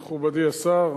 מכובדי השר,